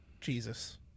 Jesus